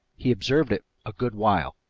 he observed it a good while.